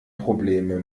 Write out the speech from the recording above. probleme